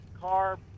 car